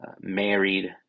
married